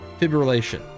fibrillation